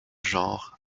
genre